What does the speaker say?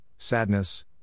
sadness